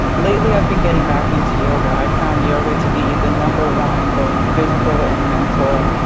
lately i've been getting back into yoga. i found yoga to be the number one, both physical and mental,